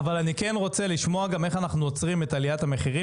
אבל אני כן רוצה לשמוע גם איך אנחנו עוצרים את עליית המחירים